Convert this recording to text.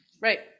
right